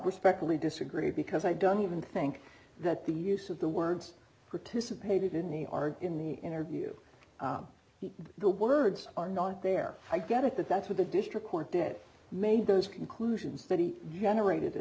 prospectively disagree because i don't even think that the use of the words participated in any are in the interview the words are not there i get it that that's what the district court that made those conclusions that he generated a